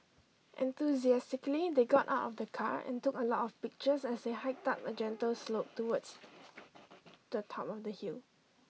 enthusiastically they got out of the car and took a lot of pictures as they hiked up a gentle slope towards the top of the hill